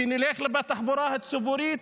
כשניסע בתחבורה הציבורית.